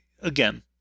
Again